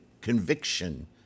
conviction